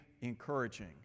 encouraging